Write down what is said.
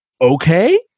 okay